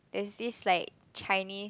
there's this like Chinese